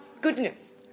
goodness